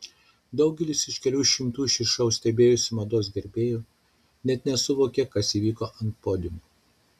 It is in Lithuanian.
daugelis iš kelių šimtų šį šou stebėjusių mados gerbėjų net nesuvokė kas įvyko ant podiumo